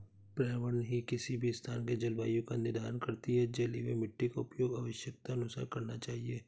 पर्यावरण ही किसी भी स्थान के जलवायु का निर्धारण करती हैं जल एंव मिट्टी का उपयोग आवश्यकतानुसार करना चाहिए